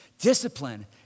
discipline